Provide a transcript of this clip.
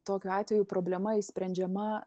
tokiu atveju problema išsprendžiama